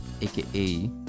aka